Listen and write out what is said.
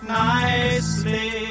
nicely